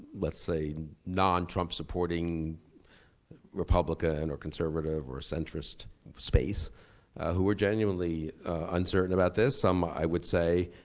let's say, non trump supporting republican and or conservative or centrist space who are generally uncertain about this. some, i would say,